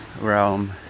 realm